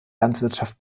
landwirtschaft